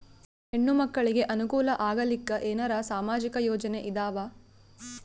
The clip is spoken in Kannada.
ಹೆಣ್ಣು ಮಕ್ಕಳಿಗೆ ಅನುಕೂಲ ಆಗಲಿಕ್ಕ ಏನರ ಸಾಮಾಜಿಕ ಯೋಜನೆ ಇದಾವ?